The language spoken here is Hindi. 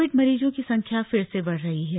कोविड मरीजों की संख्या फिर से बढ़ रही है